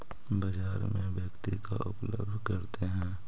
बाजार में व्यक्ति का उपलब्ध करते हैं?